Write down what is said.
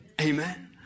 Amen